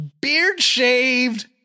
beard-shaved